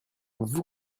vous